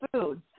foods